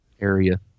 area